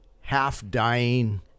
half-dying